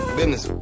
Business